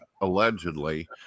allegedly